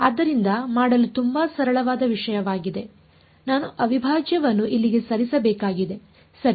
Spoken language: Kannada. ಆದ್ದರಿಂದ ಮಾಡಲು ತುಂಬಾ ಸರಳವಾದ ವಿಷಯವಾಗಿದೆ ನಾನು ಅವಿಭಾಜ್ಯವನ್ನು ಇಲ್ಲಿಗೆ ಸರಿಸಬೇಕಾಗಿದೆ ಸರಿ